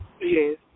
Yes